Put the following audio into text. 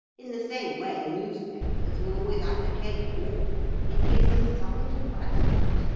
in the same way newspapers will always advocate war it gives them something to write about,